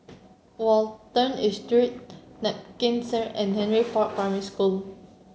Watten Estate Street Nankin and Henry Park Primary School